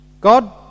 God